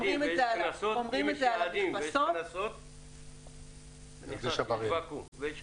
אם יש יעדים ויש קנסות --- אז יש עבריינות.